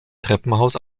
treppenhaus